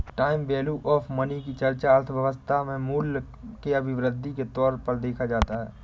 time value of money की चर्चा अर्थव्यवस्था में मूल्य के अभिवृद्धि के तौर पर देखा जाता है